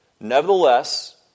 Nevertheless